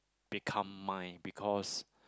become mine because